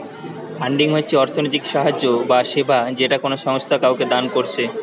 funding হচ্ছে অর্থনৈতিক সাহায্য বা সেবা যেটা কোনো সংস্থা কাওকে দান কোরছে